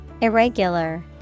Irregular